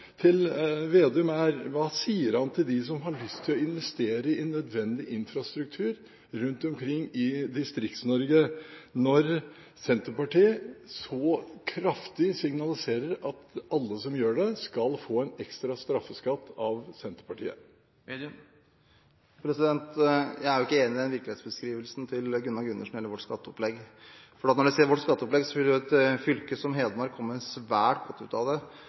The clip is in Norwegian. Slagsvold Vedum er: Hva sier han til dem som har lyst til å investere i nødvendig infrastruktur rundt omkring i Distrikts-Norge, når Senterpartiet så kraftig signaliserer at alle som gjør det, skal få en ekstra straffeskatt av Senterpartiet? Jeg er ikke enig i virkelighetsbeskrivelsen til Gunnar Gundersen når det gjelder vårt skatteopplegg. Når man ser på vårt skatteopplegg, vil et fylke som Hedmark komme svært godt ut av det.